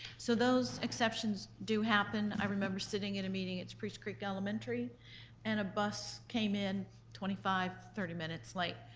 so those exceptions do happen. i remember sitting in a meeting at spruce creek elementary and a bus came in twenty five, thirty minutes late.